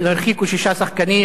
הרחיקו שישה שחקנים,